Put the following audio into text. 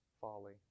folly